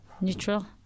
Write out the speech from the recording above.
neutral